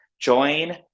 join